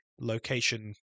location